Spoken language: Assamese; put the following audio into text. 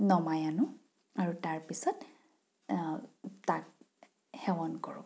নমাই আনোঁ আৰু তাৰপিছত তাক সেৱন কৰোঁ